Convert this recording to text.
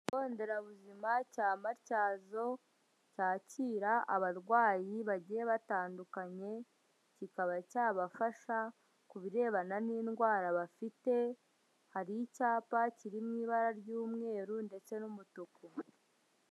Ikigo nderabuzima cya Matyazo cyakira abarwayi bagiye batandukanye, kikaba cyabafasha ku birebana n'indwara bafite, hari icyapa kiri mu ibara ry'umweru ndetse n'umutuku.